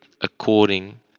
according